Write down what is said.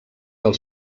del